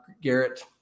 Garrett